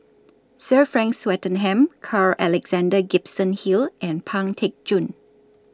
Sir Frank Swettenham Carl Alexander Gibson Hill and Pang Teck Joon